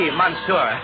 monsieur